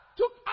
took